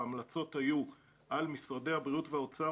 ההמלצות היו: על משרדי הבריאות והאוצר